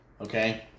Okay